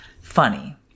funny